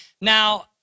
Now